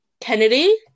Kennedy